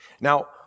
Now